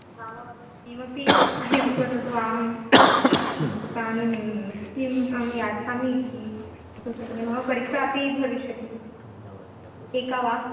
नाम किमपि सहायं करोतु आम् इदानीं किं अहं यच्छामि इति कर्तुं शक्यते मम परीक्षा अपि भविष्यति एका वा